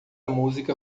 música